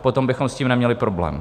Potom bychom s tím neměli problém.